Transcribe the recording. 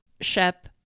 Shep